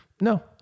No